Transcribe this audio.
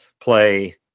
play